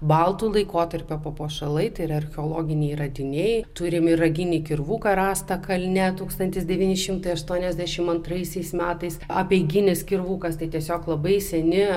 baltų laikotarpio papuošalai tai ir archeologiniai radiniai turime ir raginį kirvuką rastą kalne tūkstantis devyni šimtai aštuoniasdešimt antraisiais metais apeiginis kirvukas tai tiesiog labai seni